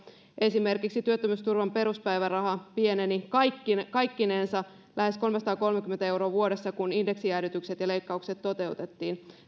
esimerkiksi työttömyysturvan peruspäiväraha pieneni kaikkinensa lähes kolmesataakolmekymmentä euroa vuodessa kun indeksijäädytykset ja leikkaukset toteutettiin